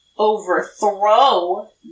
overthrow